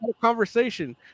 conversation